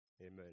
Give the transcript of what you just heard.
amen